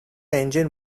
engine